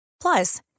Plus